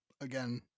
again